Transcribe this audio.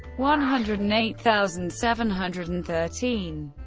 one hundred and eight thousand seven hundred and thirteen.